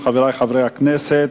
חברי חברי הכנסת,